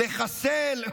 לחסל,